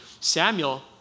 Samuel